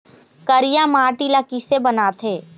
करिया माटी ला किसे बनाथे?